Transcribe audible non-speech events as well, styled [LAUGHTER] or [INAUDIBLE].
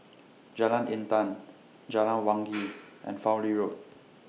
Jalan [NOISE] Intan Jalan Wangi [NOISE] and Fowlie Road